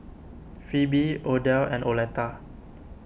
Pheobe Odell and Oleta